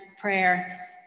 prayer